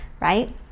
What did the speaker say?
right